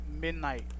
midnight